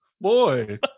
boy